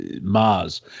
Mars